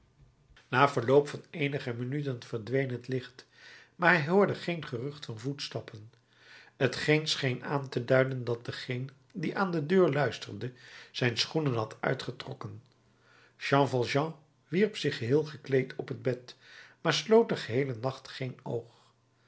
na verloop van eenige minuten verdween het licht maar hij hoorde geen gerucht van voetstappen t geen scheen aan te duiden dat degeen die aan de deur luisterde zijn schoenen had uitgetrokken jean valjean wierp zich geheel gekleed op het bed maar sloot den geheelen nacht geen oog